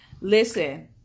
listen